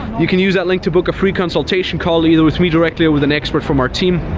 you can use that link to book a free consultation call either with me directly or with an expert from our team.